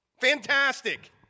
Fantastic